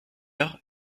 heure